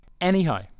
Anyhow